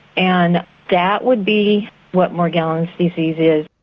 and that would be what morgellons disease is.